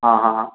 हाँ हाँ हाँ